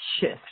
shift